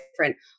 different